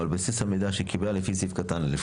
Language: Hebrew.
על בסיס המידע שקיבלה לפי סעיף קטן (א),